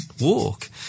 walk